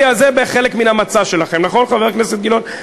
זה חלק מהמצע שלכם, נכון, חבר הכנסת גילאון?